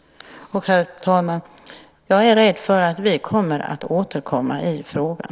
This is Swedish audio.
Och, herr talman, jag är rädd för att vi kommer att återkomma i frågan.